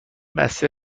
بسته